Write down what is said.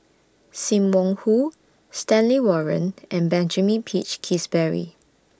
SIM Wong Hoo Stanley Warren and Benjamin Peach Keasberry